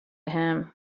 him